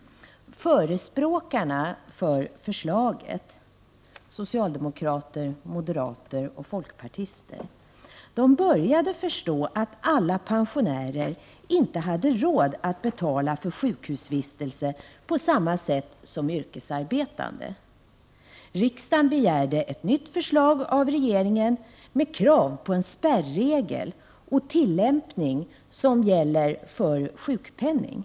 Förespråkarna för förslaget — socialdemokrater, moderater och folkpartister — började förstå att inte alla pensionärer hade samma möjligheter som yrkesarbetande att betala för sin sjukhusvistelse. Riksdagen begärde då ett nytt förslag av regeringen, där det krävdes en spärregel och samma tillämpning som den som gäller för sjukpenningen.